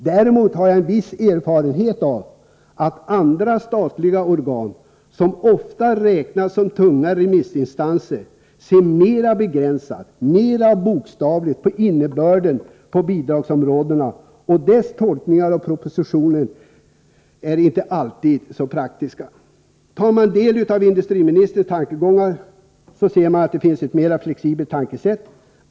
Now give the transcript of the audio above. Däremot har jag en viss erfarenhet av att andra statliga organ, som ofta räknas som tunga remissinstanser, ser mera begränsat och mera bokstavligt på innebörden av bidragsområden, och dessas tolkningar av propositionen är inte alltid så praktiska. Tar man del av industriministerns tankegångar ser man att det finns ett mera flexibelt tankesätt.